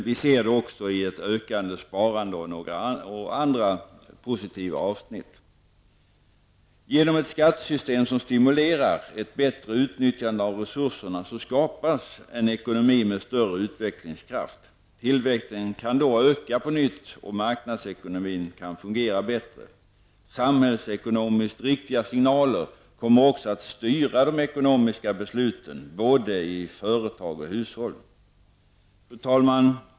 Vi ser det också i ett ökande sparande, och andra positiva inslag. Genom ett skattesystem som stimulerar ett bättre utnyttjande av resurserna skapas en ekonomi med större utvecklingskraft. Tillväxten kan då öka på nytt, och marknadsekonomin kan fungera bättre. Samhällsekonomiskt riktiga signaler kommer också att styra de ekonomiska besluten, både i företag och i hushåll. Fru talman!